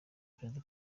perezida